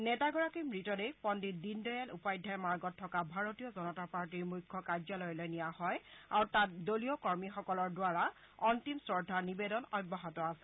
নেতাগৰাকীৰ মৃতদেহ পণ্ডিত দীনদয়াল উপাধ্যায় মাৰ্গত থকা ভাৰতীয় জনতা পাৰ্টীৰ মুখ্য কাৰ্যালয়লৈ নিয়া হয় আৰু তাত দলীয় কৰ্মীসকলৰ দ্বাৰা অন্তিম শ্ৰদ্ধা নিবেদন অব্যাহত আছে